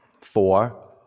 four